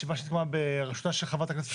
בישיבה בראשותה של חברת הכנסת מיקי חיימוביץ'.